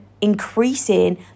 increasing